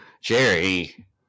Jerry